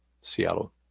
Seattle